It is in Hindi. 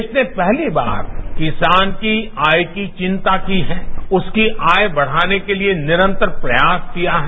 देश ने पहली बार किसान की आय की चिंता की है उसकी आय बढ़ाने के लिए निरंतर प्रयास किया है